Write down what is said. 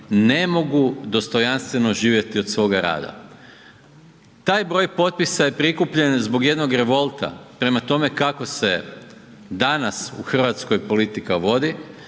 ne mogu dostojanstveno živjeti do svoga rada. Taj broj potpisa je prikupljen zbog jednog revolta prema tome kako se danas u Hrvatskoj politika vodi,